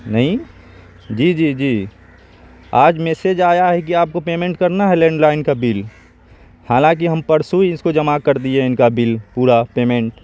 نہیں جی جی جی آج میسج آیا ہے کہ آپ کو پیمنٹ کرنا ہے لینڈ لائن کا بل حالانکہ ہم پرسو ہی اس کو جمع کر دیے ہیں ان کا بل پورا پیمنٹ